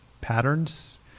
patterns